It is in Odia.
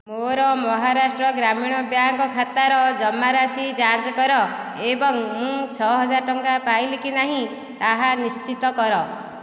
ମୋର ମହାରାଷ୍ଟ୍ର ଗ୍ରାମୀଣ ବ୍ୟାଙ୍କ୍ ଖାତାର ଜମାରାଶି ଯାଞ୍ଚ କର ଏବଂ ମୁଁ ଛଅ ହଜାର ଟଙ୍କା ପାଇଲି କି ନାହିଁ ତାହା ନିଶ୍ଚିତ କର